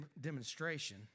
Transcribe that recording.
demonstration